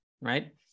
right